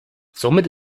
somit